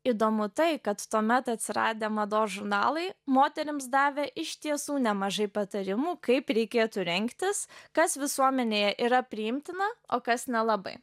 įdomu tai kad tuomet atsiradę mados žurnalai moterims davė iš tiesų nemažai patarimų kaip reikėtų rengtis kas visuomenėje yra priimtina o kas nelabai